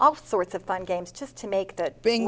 all sorts of fun games just to make that being